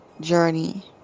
journey